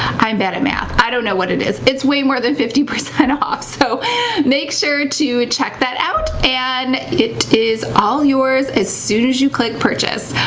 i'm bad at math. i don't know what it is. it's way more than fifty percent off. so make sure to check that out, and it is all yours as soon as you click purchase.